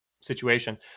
situation